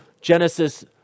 Genesis